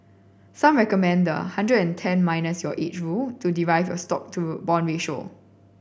some recommend the a hundred and ten minus your age rule to derive your stock to bond ratio